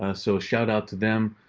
ah so shout out to them.